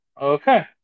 Okay